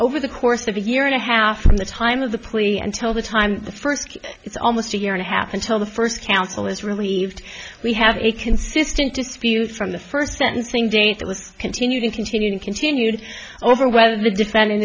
over the course of a year and a half from the time of the plea and till the time the first is almost a year and a half until the first counsel is relieved we have a consistent dispute from the first sentencing date that was continued and continued and continued over whether the defend